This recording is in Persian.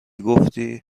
گفتی